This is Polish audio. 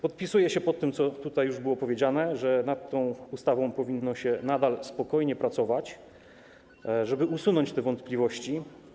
Podpisuję się pod tym, co już było powiedziane, że nad tą ustawą powinno się nadal spokojnie pracować, żeby usunąć wątpliwości.